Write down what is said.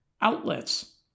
outlets